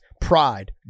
Pride